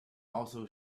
also